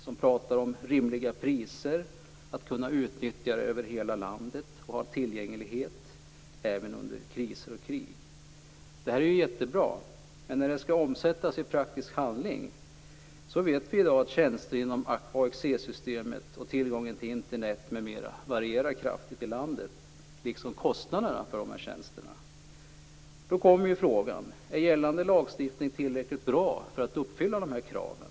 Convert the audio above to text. Det handlar om rimliga priser, att kunna utnyttja det över hela landet och ha tillgänglighet även under kriser och krig. Det är ju jättebra, men när det skall omsättas i praktisk handling vet vi i dag att tjänster inom AXE-systemet och tillgången till Internet m.m. varierar kraftigt i landet, liksom kostnaderna för dessa tjänster. Då kommer ju frågan: Är gällande lagstiftning tillräckligt bra för att uppfylla de här kraven?